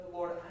Lord